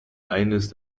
eines